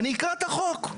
אני אקרא את החוק.